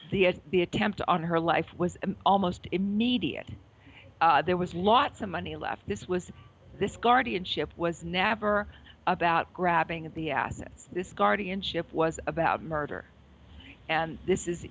mother the attempt on her life was almost immediate there was lots of money left this was this guardianship was never about grabbing at the assets this guardianship was about murder and this is